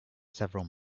several